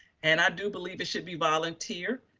and i do believe it should be volunteer.